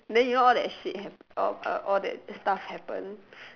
then you know all that shit happen a~ all that stuff happen